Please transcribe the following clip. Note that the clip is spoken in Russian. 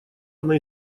она